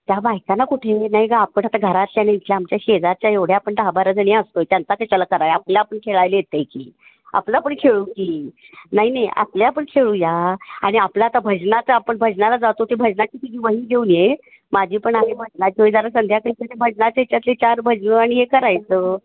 त्या बायकांना कुठे नाही गं आपण आता घरातल्यांनी ज्या आमच्या शेजारच्या एवढ्या आपण दहा बारा जणी असतो आहे त्यांचा कशाला करायला आपला आपण खेळायला येतं आहे की आपलं आपण खेळू की नाही नाही आपल्या आपण खेळूया आणि आपला आता भजनाचं आपण भजनाला जातो ते भजनाची ती जी वही घेऊन ये माझी पण आम्ही भजनाची वही जरा संध्याकाळी भजनाच्या याच्यातले चार भजनं आणि हे करायचं